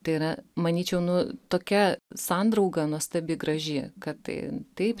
tai yra manyčiau nu tokia sandrauga nuostabi graži kad taip